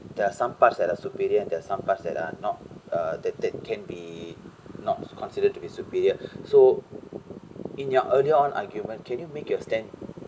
there are some parts that are superior and there are some parts that are not ah that that can be not considered to be superior so in your earlier on argument can you make your stand